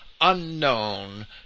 unknown